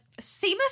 Seamus